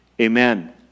Amen